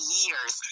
years